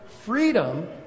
freedom